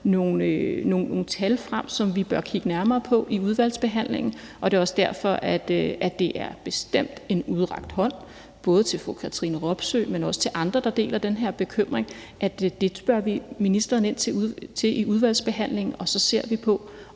nogle tal frem, som vi bør kigge nærmere på i udvalgsbehandlingen, og det er også derfor, det bestemt er en fremstrakt hånd, både til fru Katrine Robsøe, men også til andre, der deler den her bekymring, i forhold til at det spørger vi ministeren ind til i udvalgsbehandlingen, og så ser vi på,